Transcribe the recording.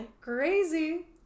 Crazy